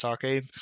sake